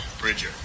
Bridger